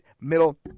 middle